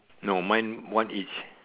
no mine one each